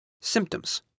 Symptoms